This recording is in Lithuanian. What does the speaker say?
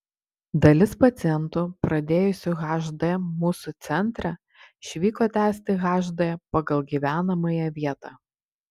dalis pacientų pradėjusių hd mūsų centre išvyko tęsti hd pagal gyvenamąją vietą